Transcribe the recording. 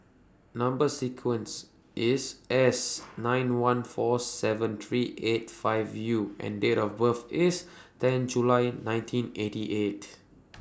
Number sequence IS S nine one four seven three eight five U and Date of birth IS ten July nineteen eighty eight